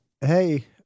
hey